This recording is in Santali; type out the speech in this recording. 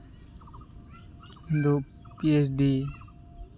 ᱤᱧ ᱫᱚ ᱯᱤ ᱮᱭᱤᱪ ᱰᱤ